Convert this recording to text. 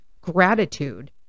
gratitude